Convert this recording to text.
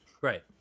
Right